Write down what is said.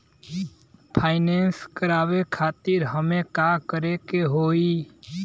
Finance करावे खातिर हमें का करे के होई?